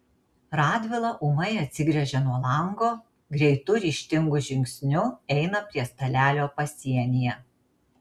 radvila ūmai atsigręžia nuo lango greitu ryžtingu žingsniu eina prie stalelio pasienyje